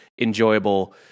enjoyable